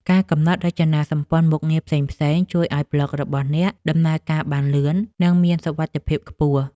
ការកំណត់រចនាសម្ព័ន្ធមុខងារផ្សេងៗ ជួយឱ្យប្លក់របស់អ្នកដំណើរការបានលឿន និងមានសុវត្ថិភាពខ្ពស់។